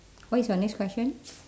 what is your next question